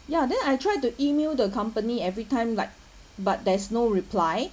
ya then I try to email the company every time like but there's no reply